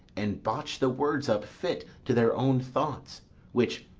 and botch the words up fit to their own thoughts which,